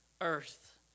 earth